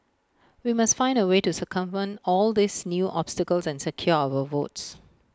we must find A way to circumvent all these new obstacles and secure our votes